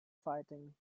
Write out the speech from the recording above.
fighting